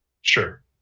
Sure